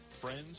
friends